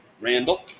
Randall